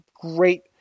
great